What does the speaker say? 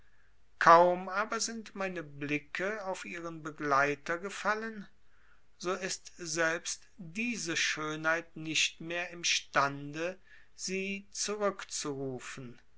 kaum aber sind meine blicke auf ihren begleiter gefallen so ist selbst diese schönheit nicht mehr imstande sie zurückzurufen